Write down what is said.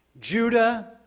Judah